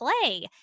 play